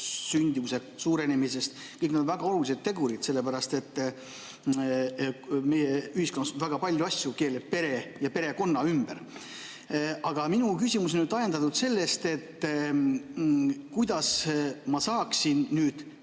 sündimuse suurenemisest. Need on väga olulised tegurid, sellepärast et meie ühiskonnas väga palju asju keerleb pere ja perekonna ümber. Aga minu küsimus on ajendatud sellest, kuidas ma saaksin